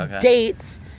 dates